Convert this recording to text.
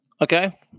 Okay